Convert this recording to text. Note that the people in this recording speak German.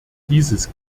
dieses